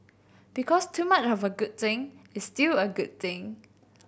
because too much have a good thing is still a good thing